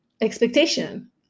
expectation